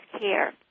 care